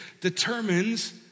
determines